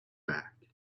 back